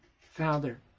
Father